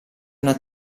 una